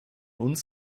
uns